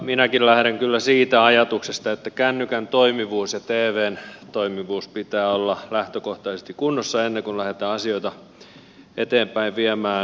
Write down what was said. minäkin lähden kyllä siitä ajatuksesta että kännykän ja tvn toimivuuden pitää olla lähtökohtaisesti kunnossa ennen kuin lähdetään asioita eteenpäin viemään